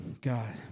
God